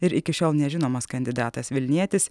ir iki šiol nežinomas kandidatas vilnietis